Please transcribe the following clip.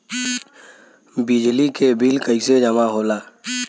बिजली के बिल कैसे जमा होला?